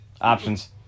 Options